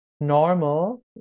normal